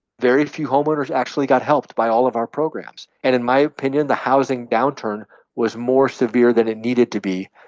very few homeowners actually got helped by all of our programs. and in my opinion, the housing downturn was more severe than it needed to be.